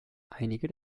einige